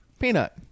Peanut